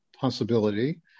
possibility